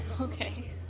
Okay